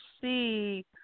see